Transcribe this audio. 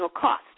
cost